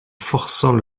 forçant